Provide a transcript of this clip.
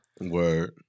Word